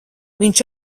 viņš